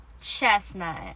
Chestnut